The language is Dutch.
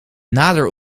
nader